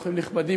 אורחים נכבדים,